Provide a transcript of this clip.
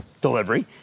delivery